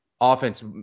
offense